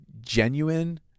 genuine